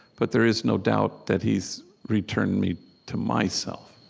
but there is no doubt that he's returned me to myself